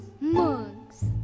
mugs